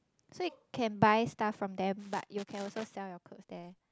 so you can buy stuff from them but you can also sell your clothes there